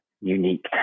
unique